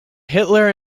hitler